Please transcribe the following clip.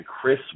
Chris